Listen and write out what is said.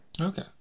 Okay